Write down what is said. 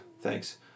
thanks